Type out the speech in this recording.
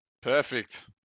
Perfect